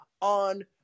on